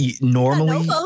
Normally